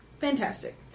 Fantastic